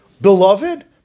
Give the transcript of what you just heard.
beloved